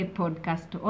podcast